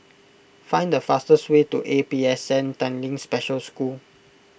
find the fastest way to A P S N Tanglin Special School